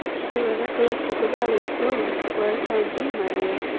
still i recollect that the valley of bones, where i found thee, my leo,